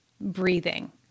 breathing